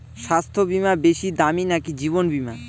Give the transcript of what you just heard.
স্বাস্থ্য বীমা বেশী দামী নাকি জীবন বীমা?